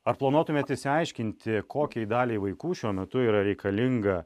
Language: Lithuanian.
ar planuotumėt išsiaiškinti kokiai daliai vaikų šiuo metu yra reikalinga